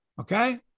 Okay